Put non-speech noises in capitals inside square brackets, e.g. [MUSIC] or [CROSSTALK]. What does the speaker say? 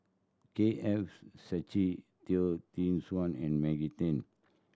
K F [UNINTELLIGIBLE] Seetoh [UNINTELLIGIBLE] Tee Suan and Maggie Teng